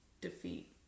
defeat